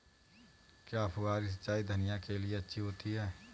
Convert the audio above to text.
क्या फुहारी सिंचाई धनिया के लिए अच्छी होती है?